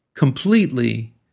completely